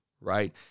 right